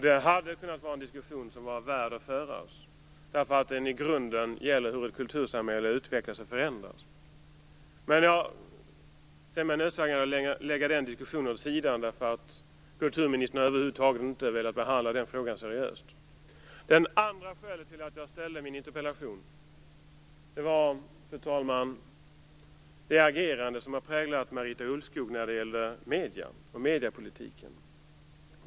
Det hade kunnat vara en diskussion som var värd att föras, eftersom den i grunden gäller hur ett kultursamhälle utvecklas och förändras. Men jag ser mig nödsakad att lägga den diskussionen åt sidan eftersom kulturministern över huvud taget inte har velat behandla den frågan seriöst. Det andra skälet till att jag ställde min interpellation var det agerande som har präglat Marita Ulvskog när det gäller medierna och mediepolitiken.